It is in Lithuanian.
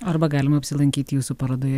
arba galima apsilankyti jūsų parodoje